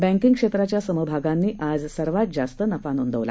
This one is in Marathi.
बँकिंग क्षेत्राच्या समभागांनी आज सर्वात जास्त नफा नोंदवला